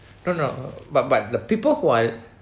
no no but but the people who are